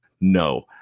No